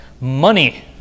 Money